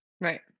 right